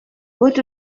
what